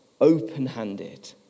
open-handed